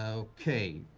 okay.